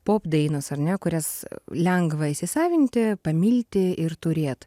pop dainos ar ne kurias lengva įsisavinti pamilti ir turėt